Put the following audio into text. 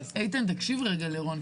איתן, תקשיב רגע לרון.